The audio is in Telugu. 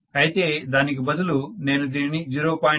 అయితే దానికి బదులు నేను దీనిని 0